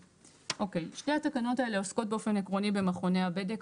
שתי התקנות האלה עוסקות באופן עקרוני במכוני הבדק.